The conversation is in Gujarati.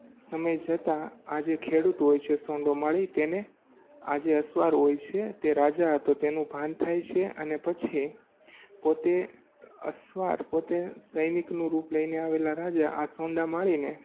સમય જતાં આ જે ખેડૂત હોય છે સોંડો માળી તેને આ જે અસવાર હોય છે તે રાજા હતો તેનું ભાન થાય છે અને પછી પોતે અસવાર પોતે સૈનિકનું રૂપ લઈને આવેલા રાજા આ સોંડા માળીને